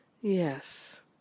Yes